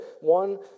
One